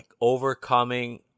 overcoming